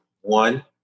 one